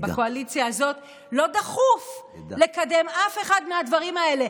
בקואליציה הזאת לא דחוף לקדם אף אחד מהדברים האלה,